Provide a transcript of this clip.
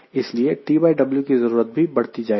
इसलिए TW की जरूरत भी बढ़ती जाएगी